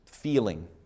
feeling